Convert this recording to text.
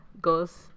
goes